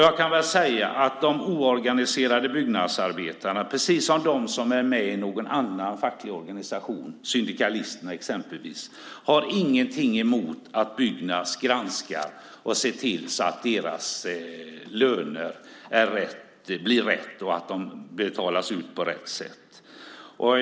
Jag kan säga att de oorganiserade byggnadsarbetarna, precis som de som är med i någon annan facklig organisation, exempelvis Syndikalisterna, inte har någonting emot att Byggnads granskar och ser till att deras löner blir riktiga och betalas ut på rätt sätt.